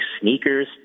sneakers